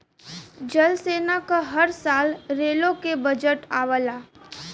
जल सेना क हर साल रेलो के बजट आवला